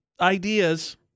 ideas